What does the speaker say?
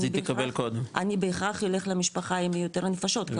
אני בהכרח ילך למשפחה עם יותר נפשות,